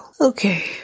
okay